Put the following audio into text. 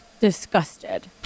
disgusted